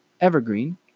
Evergreen